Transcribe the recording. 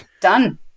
Done